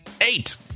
eight